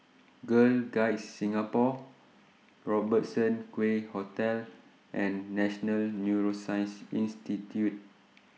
Girl Guides Singapore Robertson Quay Hotel and National Neuroscience Institute